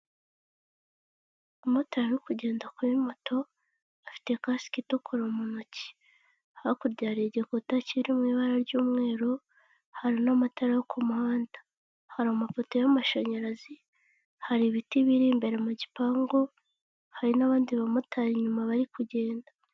Umumotari uri kugenda kuri moto, afite kasike itukura mu ntoki. Hakurya hari igikuta kiri mu ibara ry'umweru, hari n'amatara yo ku muhanda, hari amapoto y'amashanyarazi, hari ibiti biri imbere mu gipangu, hari n'abandi bamotari inyuma bari kugenda.